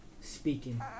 speaking